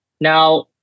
Now